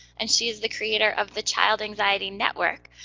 and she is the creator of the child anxiety network,